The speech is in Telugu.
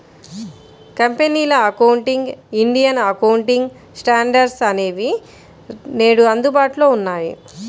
కంపెనీల అకౌంటింగ్, ఇండియన్ అకౌంటింగ్ స్టాండర్డ్స్ అనేవి నేడు అందుబాటులో ఉన్నాయి